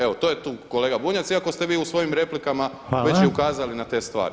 Evo to je tu kolega Bunjac, iako ste vi u svojim replikama već i ukazali na te stvari.